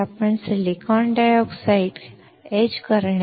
हे आम्ल आहे जे आपण सिलिकॉन डायऑक्साइड कोरण्यासाठी वापरू शकतो